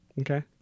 Okay